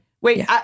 Wait